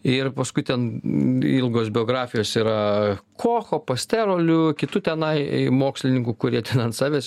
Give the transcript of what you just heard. ir paskui ten ilgos biografijos yra kocho pasterolių kitų tenai mokslininkų kurie ant savęs